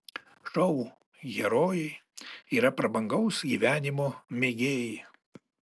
šou herojai yra prabangaus gyvenimo mėgėjai